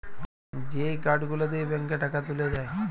যেই কার্ড গুলা দিয়ে ব্যাংকে টাকা তুলে যায়